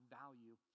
value